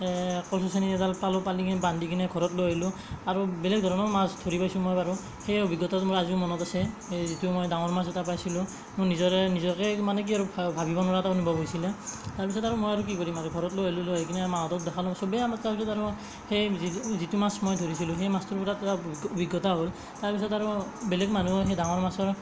আকৌ চোঁচনি এডাল পালো পাই কেনি বান্ধি কেনে ঘৰত লৈ আহিলোঁ আৰু বেলেগ ধৰণৰ মাছ ধৰি পাইছোঁ মই বাৰু সেই অভিজ্ঞতাটো মোৰ আজিও মনত আছে এই যিটো মই ডাঙৰ মাছ এটা পাইছিলোঁ মই নিজৰে নিজকে মানে কি আৰু ভাবিব নোৱৰা এটা অনুভৱ হৈছিলে তাৰপিছত আৰু মই আৰু কি কৰিম আৰু ঘৰত লৈ আহিলোঁ লৈ আহি পিনে মাহঁতক দেখালোঁ চবেই আমাৰ তাৰপাছত আৰু সেই যিটো যিটো মাছ মই ধৰিছিলোঁ সেই মাছটোৰ লগত বহুত অভিজ্ঞতা হ'ল তাৰপাছত আৰু বেলেগ মানুহ আহি ডাঙৰ মাছৰ